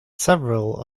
several